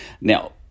Now